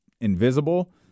invisible